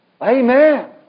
Amen